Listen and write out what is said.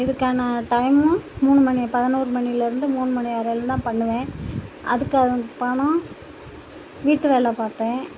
இதுக்கான டைமும் மூணு மணி பதினோரு மணிலிருந்து மூணு மணி வரையில் தான் பண்ணுவேன் அதுக்கான பணம் வீட்டு வேலை பார்ப்பேன்